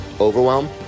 overwhelm